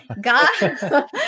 God